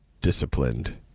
disciplined